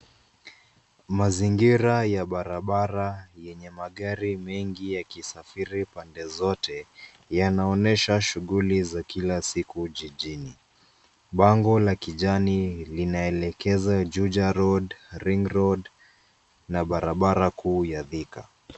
Mazingira ya barabara yenye magari mengi yakisafiri pande zote, yanaonyesha shughuli za kila siku jijini. Bango la kijani linaelekeza juja road, ring road na barabara kuu ya Thika.